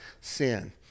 sin